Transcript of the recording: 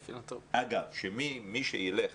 אגב, מי שילך